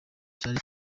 cyari